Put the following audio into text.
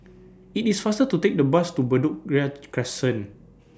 IT IS faster to Take The Bus to Bedok Ria Crescent